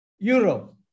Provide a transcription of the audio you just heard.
Europe